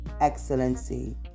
excellency